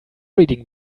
reading